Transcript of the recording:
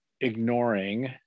ignoring